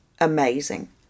amazing